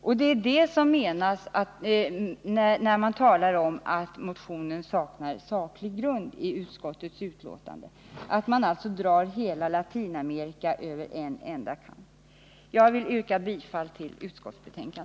När man i betänkandet talar om att motionen saknar saklig grund, menar man just detta att motionen drar hela Latinamerika över en enda kam. Herr talman! Jag yrkar bifall till utskottets hemställan.